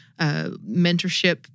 mentorship